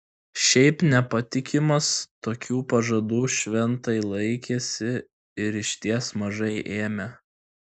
šiaip nepatikimas tokių pažadų šventai laikėsi ir išties mažai ėmė